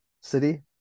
city